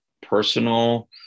personal